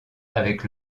avec